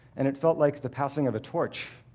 and it felt like the passing of a torch.